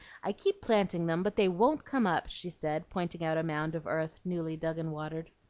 i keep planting them, but they won't come up, she said, pointing out a mound of earth newly dug and watered.